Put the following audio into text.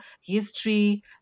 history